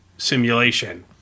Simulation